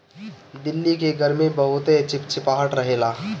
दिल्ली के गरमी में बहुते चिपचिपाहट रहेला